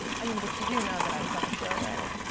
i mean, but you do know that i was on a show where i, like,